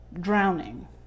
drowning